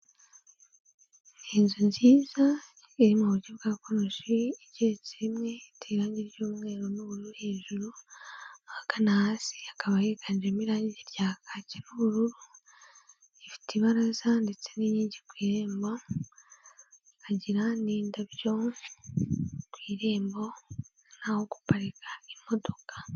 Ni inzu nziza iri mu buryo bwa konoshi, igeretse rimwe, iteye irangi ry'umweru n'ubururu hejuru, ahagana hasi hakaba higanjemo irange rya kaki n'ubururu, ifite ibaraza ndetse n'inkingi ku irembo, ikagira n'indabyo ku irembo, n'aho guparika imodoka.